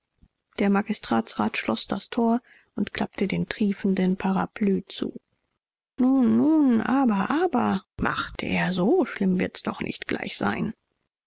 der magistratsrat schloß das tor und klappte den triefenden parapluie zu nun nun aber aber machte er so schlimm wird's doch nicht gleich sein